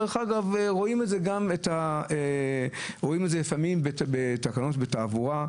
רואים את זה לפעמים בתקנות תעבורה,